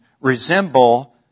resemble